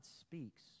speaks